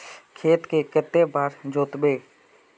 खेत के कते बार जोतबे?